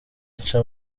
aca